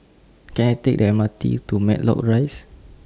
Can I Take The M R T to Matlock Rise